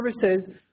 services